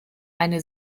eine